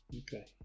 Okay